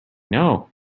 know